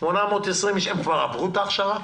הם כבר עברו הכשרה?